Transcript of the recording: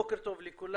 בוקר טוב לכולם.